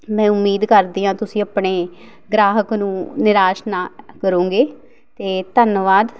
ਮੈਂ ਉਮੀਦ ਕਰਦੀ ਹਾਂ ਤੁਸੀਂ ਆਪਣੇ ਗ੍ਰਾਹਕ ਨੂੰ ਨਿਰਾਸ਼ ਨਾ ਕਰੋਂਗੇ ਅਤੇ ਧੰਨਵਾਦ